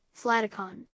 Flaticon